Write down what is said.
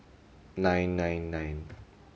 nine nine nine